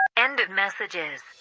end of messages